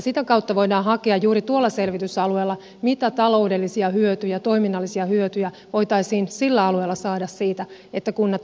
sitä kautta voidaan hakea juuri tuolla selvitysalueella mitä taloudellisia hyötyjä toiminnallisia hyötyjä voitaisiin sillä alueella saada siitä että kunnat yhdistyisivät